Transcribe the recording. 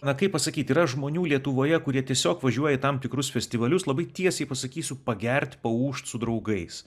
na kaip pasakyt yra žmonių lietuvoje kurie tiesiog važiuoja į tam tikrus festivalius labai tiesiai pasakysiu pagert paūžt su draugais